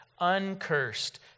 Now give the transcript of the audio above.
uncursed